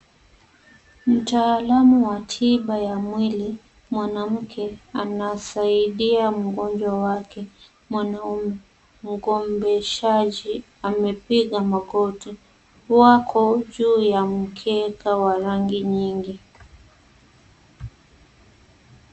Mtaalamu wa tiba ya mwili mwanamke anasaidia mgonjwa wake mwanaume. Mgombeshaji amepiga magoti, wako juu ya mkeka wa rangi nyingi.